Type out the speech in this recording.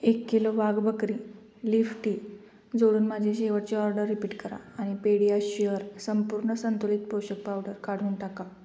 एक kilo Wagh Bakri leaf tea जोडून माझी शेवटची ऑर्डर रिपीट करा आणि पेडीयाश्युअर संपूर्ण संतुलित पोषक पावडर काढून टाका